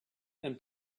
and